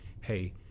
hey